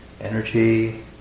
energy